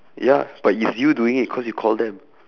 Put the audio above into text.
ya but it's you doing it cause you call them